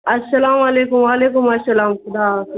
السلام علیکم وعلیکم السلام خدا حافظ